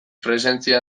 presentzia